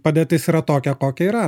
padėtis yra tokia kokia yra